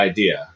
Idea